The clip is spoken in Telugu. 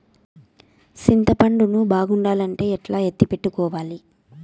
చింతపండు ను బాగుండాలంటే ఎట్లా ఎత్తిపెట్టుకోవాలి?